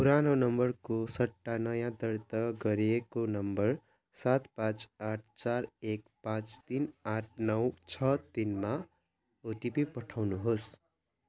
पुरानो नम्बरको सट्टा नयाँ दर्ता गरिएको नम्बर सात पाँच आठ चार एक पाँच तिन आठ नौ छ तिनमा ओटिपी पठाउनुहोस्